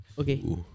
Okay